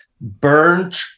Burnt